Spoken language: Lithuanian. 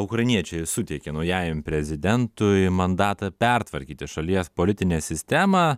ukrainiečiai suteikė naujajam prezidentui mandatą pertvarkyti šalies politinę sistemą